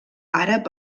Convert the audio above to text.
àrab